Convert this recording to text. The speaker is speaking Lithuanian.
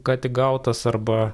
ką tik gautas arba